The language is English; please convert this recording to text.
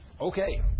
Okay